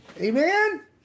Amen